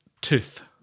tooth